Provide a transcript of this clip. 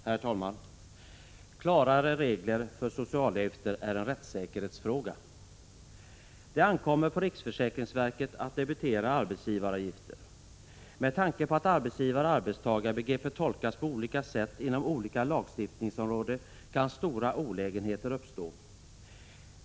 Herr talman! Klarare regler för socialavgifter är en rättssäkerhetsfråga. Det ankommer på riksförsäkringsverket att debitera arbetsgivaravgifter. Med tanke på att arbetsgivar-arbetstagar-begreppet tolkas på olika sätt inom olika lagstiftningsområden kan stora olägenheter uppstå.